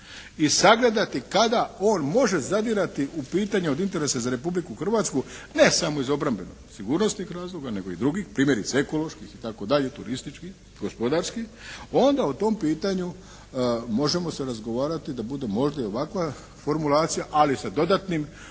i sagledati kada on može zadirati u pitanja od interesa za Republiku Hrvatsku, ne samo iz obrambeno sigurnosnih razloga, nego i drugih primjerice ekoloških itd., turističkih, gospodarskih, onda o tom pitanju možemo se razgovarati da bude možda i ovakva formulacija. Ali sa dodatnim